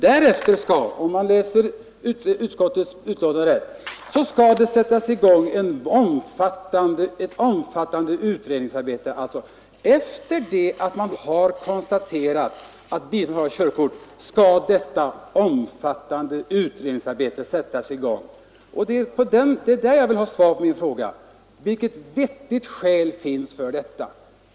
Därefter skall enligt utskottets betänkande ett omfattande utredningsarbete sättas i gång. Jag vill ha svar på min fråga: Vilket vettigt skäl finns för detta?